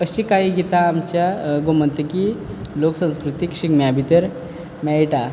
अशीं काहीं गितां आमच्या गोमंतकीय लोकसंस्कृतीक शिगम्या भितर मेयटा